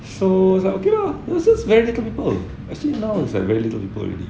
so like okay lah it's just very simple actually now is like very little people already